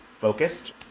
focused